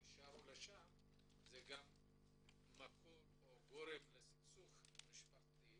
גם זה מקור או גורם לסכסוך משפחתי.